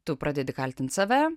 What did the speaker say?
tu pradedi kaltint save